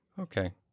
Okay